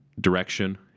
direction